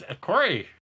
Corey